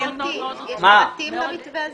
יש פרטים למתווה הזה?